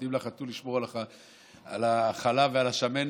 נותנים לחתול לשמור על החלב ועל השמנת,